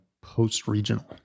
post-regional